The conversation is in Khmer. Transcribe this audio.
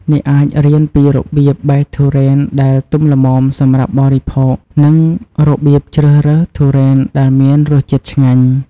អ្នកអាចរៀនពីរបៀបបេះទុរេនដែលទុំល្មមសម្រាប់បរិភោគ និងរបៀបជ្រើសរើសទុរេនដែលមានរសជាតិឆ្ងាញ់។